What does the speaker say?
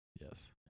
Yes